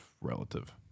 relative